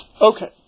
Okay